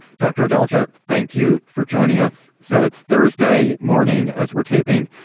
dr. adalja, thank you for joining us. so it's thursday morning as we're taping.